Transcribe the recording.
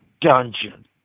dungeon